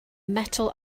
metal